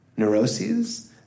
neuroses